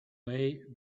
way